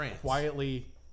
quietly